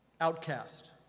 outcast